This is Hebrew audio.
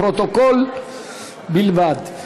לפרוטוקול בלבד.